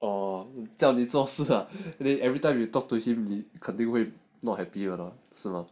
oh 叫你做事 ah then everytime we talked to him he continue not happy you know 是吗